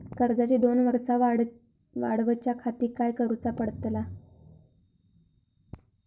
कर्जाची दोन वर्सा वाढवच्याखाती काय करुचा पडताला?